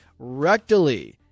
rectally